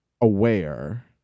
aware